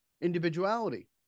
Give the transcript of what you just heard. individuality